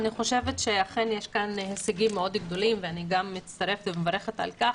אני חושבת שאכן יש כאן הישגים מאוד גדולים ואני גם מצטרפת ומברכת על כך,